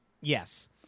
Yes